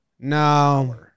No